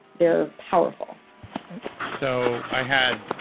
they're powerful so i had